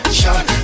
shot